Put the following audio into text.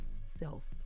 self